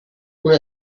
una